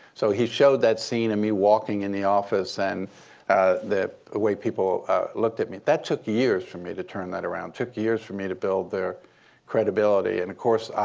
so he showed that scene of me walking in the office and the way people looked at me. that took years for me to turn that around. took years for me to build their credibility. and of course,